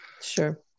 sure